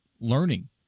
learning